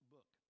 Book